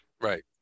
Right